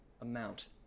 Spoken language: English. amount